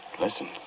Listen